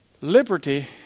Liberty